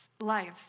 lives